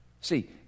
See